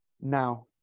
Now